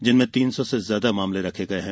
जिनमें तीन सौ से ज्यादा मामले रखे गये है